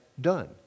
done